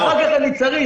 אחר כך אני צריך,